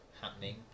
happening